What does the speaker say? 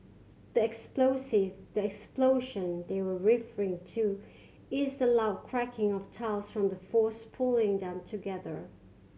the explosive the explosion they're referring to is the loud cracking of tiles from the force pulling them together